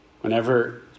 Whenever